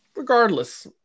regardless